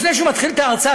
לפני שהוא מתחיל את ההרצאה,